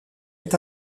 est